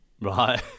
Right